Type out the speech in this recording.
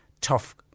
tough